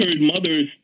mothers